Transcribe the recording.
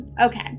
okay